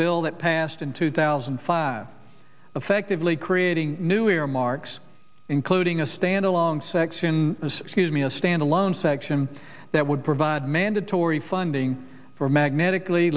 bill that passed in two thousand and five affectively creating new earmarks including a stand along section as me a stand alone section that would provide mandatory funding for magnetically